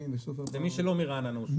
הלילה.